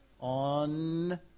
on